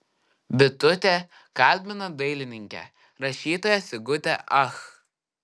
bitutė kalbina dailininkę rašytoją sigutę ach